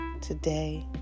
today